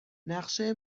نقشه